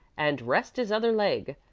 and rest his other leg.